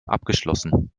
abgeschlossen